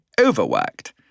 overworked